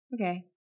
okay